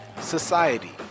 society